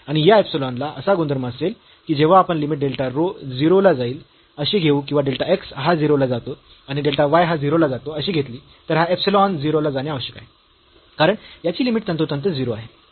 आणि या इप्सिलॉन ला असा गुणधर्म असेल की जेव्हा आपण लिमिट डेल्टा रो 0 ला जाईल अशी घेऊ किंवा डेल्टा x हा 0 ला जातो आणि डेल्टा y हा 0 ला जातो अशी घेतली तर हा इप्सिलॉन 0 ला जाणे आवश्यक आहे कारण याची लिमिट तंतोतंत 0 आहे